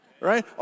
Right